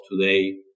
today